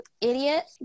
idiot